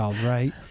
right